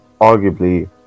arguably